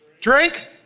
Drink